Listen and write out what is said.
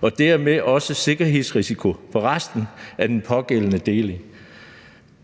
og dermed også vil være en sikkerhedsrisiko for resten af den pågældende deling.